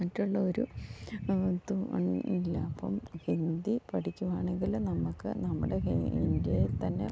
മറ്റുള്ളൊരു ഇതു ഇല്ല അപ്പം ഹിന്ദി പഠിക്കുകയാണെങ്കിൽ നമുക്ക് നമ്മുടെ ഇന്ത്യയിൽ തന്നെ